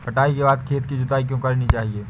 कटाई के बाद खेत की जुताई क्यो करनी चाहिए?